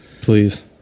please